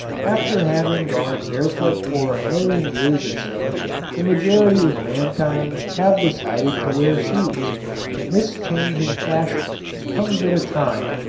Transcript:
after having gone barefoot for a million years or so the majority of mankind have decided to wear shoes and this change in fashion comes at a time,